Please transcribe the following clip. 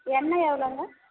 எண்ணெய் எவ்வளோங்க